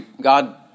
God